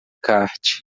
kart